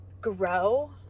grow